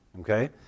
Okay